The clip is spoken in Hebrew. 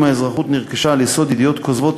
אם האזרחות נרכשה על יסוד ידיעות כוזבות,